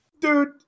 Dude